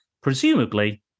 presumably